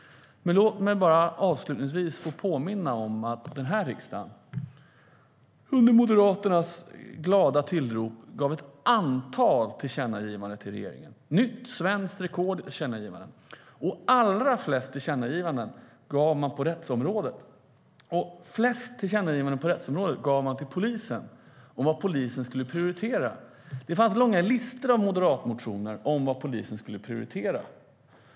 Låt mig avslutningsvis få påminna om att riksdagen under Moderaternas glada tillrop gjort ett antal tillkännagivanden till regeringen. Det är nytt svenskt rekord i tillkännagivanden. Allra flest tillkännagivanden har gjorts på rättsområdet, och flest tillkännagivanden på rättsområdet gäller polisen och vad polisen ska prioritera. Det har funnits långa listor med moderatmotioner om vad polisen ska prioritera.